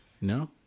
no